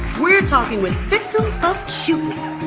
we're talking with victims of cuteness.